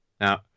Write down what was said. Now